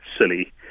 silly